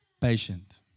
patient